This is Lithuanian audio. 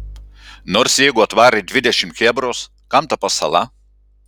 nors jeigu atvarė dvidešimt chebros kam ta pasala